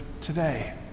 today